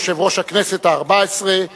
יושב-ראש הכנסת הארבע-עשרה,